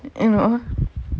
en~ no